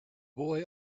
boy